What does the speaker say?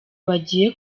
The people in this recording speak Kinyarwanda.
bagiye